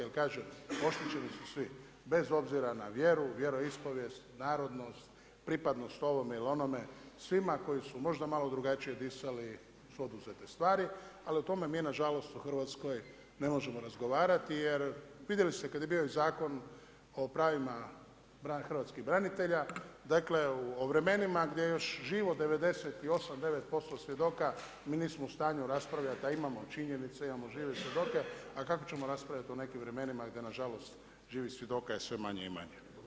Jer kažem oštećeni su svi bez obzira na vjeru, na vjeroispovijest, narodnost, pripadnost ovome ili onome, svima koji su možda malo drugačiji disali su oduzete stvari ali o tome mi nažalost u Hrvatskoj ne možemo razgovarati jer vidjeli ste kad je bio i Zakon o pravima hrvatskih branitelja, o vremenima gdje još je živo 98, 99% posto svjedoka, mi nismo u stanju raspravljati a imamo činjenice, imamo žive svjedoke, a kako ćemo raspravljati o nekim vremenima gdje nažalost, živih svjedoka je sve manje i manje?